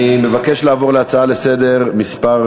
אני מבקש לעבור להצעה לסדר-היום מס'